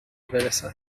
برسد